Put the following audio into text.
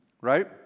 right